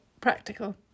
practical